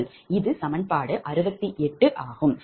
இது சமன்பாடு 68 ஆகும்